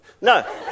No